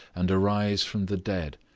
and arise from the dead,